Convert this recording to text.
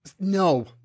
No